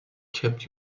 kept